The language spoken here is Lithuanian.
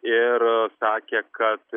ir sakė kad